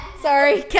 Sorry